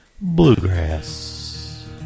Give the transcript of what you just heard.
Bluegrass